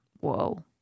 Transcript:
Whoa